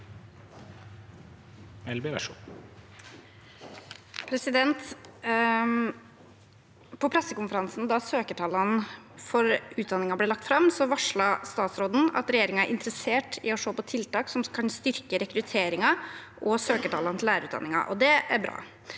På pressekonferansen da søkertallene for utdanningen ble lagt fram, varslet statsråden at regjeringen er interessert i å se på tiltak som kan styrke rekrutteringen og søkertallene til lærerutdanningen. Det er bra.